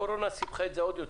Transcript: הקורונה סיבכה את זה עוד יותר.